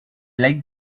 like